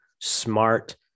smart